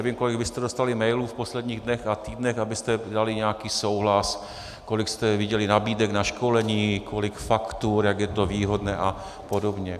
Nevím, kolik jste vy dostali mailů v posledních dnech a týdnech, abyste dali nějaký souhlas, kolik jste viděli nabídek na školení, kolik faktur, jak je to výhodné apod.